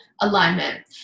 alignment